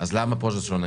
אז למה פה זה שונה?